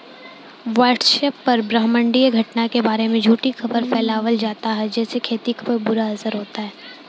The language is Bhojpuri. व्हाट्सएप पर ब्रह्माण्डीय घटना के बारे में झूठी खबर फैलावल जाता जेसे खेती पर बुरा असर होता